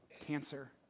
cancer